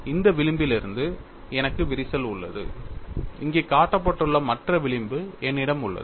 இந்த விளிம்பிலிருந்து எனக்கு விரிசல் உள்ளது இங்கே காட்டப்பட்டுள்ள மற்ற விளிம்பு என்னிடம் உள்ளது